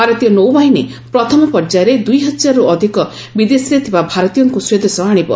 ଭାରତୀୟ ନୌବାହିନୀ ପ୍ରଥମ ପର୍ଯ୍ୟାୟରେ ଦୁଇହଜାରରୁ ଅଧିକ ବିଦେଶରେ ଥିବା ଭାରତୀୟଙ୍କୁ ସ୍ପଦେଶ ଆଶିବ